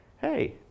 hey